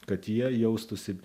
kad jie jaustųsi